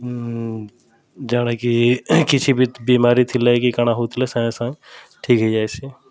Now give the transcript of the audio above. ଯାଣାକି କିଛି ବିମାରୀ ଥିଲେ କି କାଣା ହଉଥିଲେ ସାଙ୍ଗେ ସାଙ୍ଗ୍ ଠିକ୍ ହେଇଯାଏସି